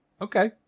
Okay